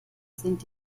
sind